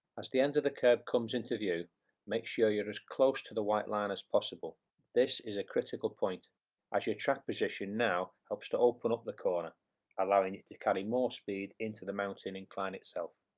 as the end of the kerb comes into view make sure you're as close to the white line as possible this is a critical point as your track position now helps to open up the corner allowing you to carry more speed into the mountain incline itself.